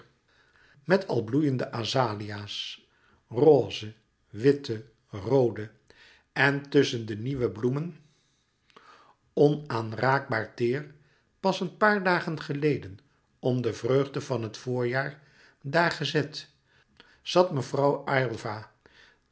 met al bloeiende azalea's roze witte roode en tusschen de nieuwe bloemen onaanraakbaar teêr pas een paar dagen geleden om de vreugde van het voorjaar daar gezet zat mevrouw